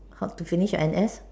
how to finish your N_S